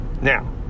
Now